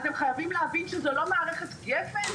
אתם חייבים להבין שזאת לא מערכת גפ"ן,